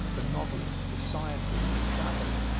the novelist, the scientist, the traveler.